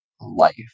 life